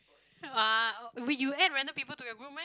[wah] we you add random people to your group meh